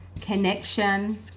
connection